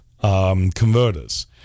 converters